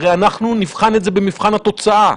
הרי אנחנו נבחן את זה במבחן התוצאה,